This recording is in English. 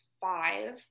five